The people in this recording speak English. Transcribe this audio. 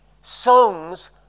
Songs